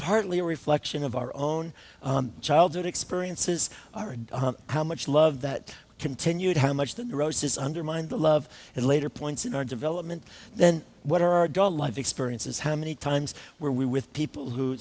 partly a reflection of our own childhood experiences our how much love that continued how much the neurosis undermined the love and later points in our development then what are our life experiences how many times where we with people who